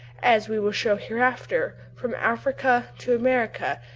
as we will show hereafter, from africa to america,